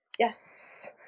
Yes